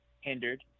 hindered